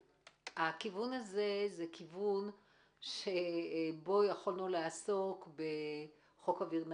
הכיוון הזה זה כיוון שבו יכולנו לעסוק בחוק אוויר נקי.